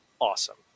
awesome